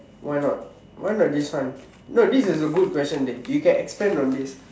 why not why not this one no this is a good question dey you can expand on this